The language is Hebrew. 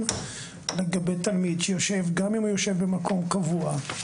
לגבי תלמיד שגם אם הוא יושב במקום קבוע,